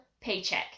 paycheck